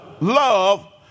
Love